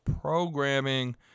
programming